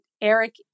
Eric